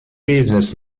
business